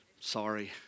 Sorry